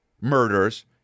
murders